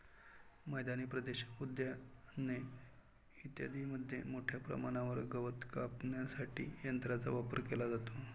मैदानी प्रदेश, उद्याने इत्यादींमध्ये मोठ्या प्रमाणावर गवत कापण्यासाठी यंत्रांचा वापर केला जातो